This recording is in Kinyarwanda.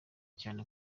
cyane